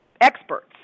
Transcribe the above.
experts